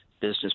business